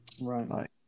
right